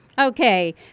Okay